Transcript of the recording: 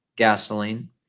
gasoline